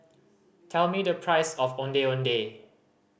tell me the price of Ondeh Ondeh